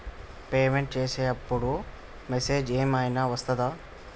Payment చేసే అప్పుడు message ఏం ఐనా వస్తదా?